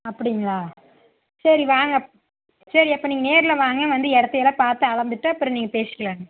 அப்படிங்களா சரி வாங்க சரி அப்போ நீங்கள் நேரில் வாங்க வந்து இடத்தையெல்லாம் பார்த்து அளந்துட்டு அப்புறம் நீங்கள் பேசிக்கலாம்ங்க